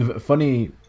funny